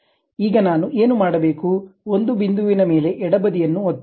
ಈಗ ನಾನು ಏನು ಮಾಡಬೇಕು ಒಂದು ಬಿಂದುವಿನ ಮೇಲೆ ಎಡಬದಿಯನ್ನು ಒತ್ತಿ